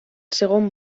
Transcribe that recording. segon